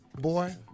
Boy